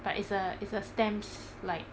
but it's a it's a stamp's like